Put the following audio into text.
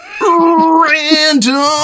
Random